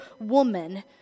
woman